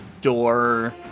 door